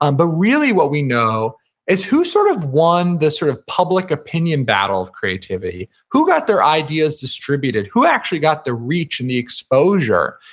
um but really what we know is who sort of won this sort of public opinion battle of creativity? who got their ideas distributed? who actually got the reach and the exposure?